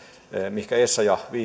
mihin essayah